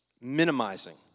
minimizing